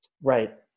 Right